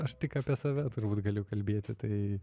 aš tik apie save turbūt galiu kalbėti tai